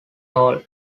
all